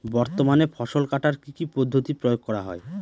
বর্তমানে ফসল কাটার কি কি পদ্ধতি প্রয়োগ করা হয়?